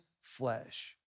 flesh